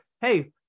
hey